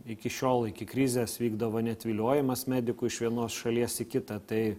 iki šiol iki krizės vykdavo net viliojimas medikų iš vienos šalies į kitą tai